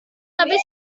tapi